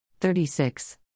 36